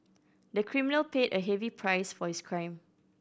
the criminal paid a heavy price for his crime